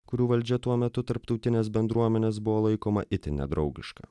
kurių valdžia tuo metu tarptautinės bendruomenės buvo laikoma itin nedraugiška